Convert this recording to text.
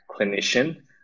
clinician